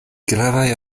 gravaj